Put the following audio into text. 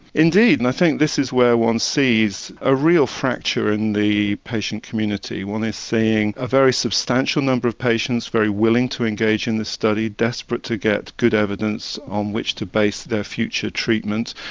indeed, and i think this is where one sees a real fracture in the patient community. one is seeing a very substantial number of patients very willing to engage in this study, desperate to get good evidence on which to base their future treatment.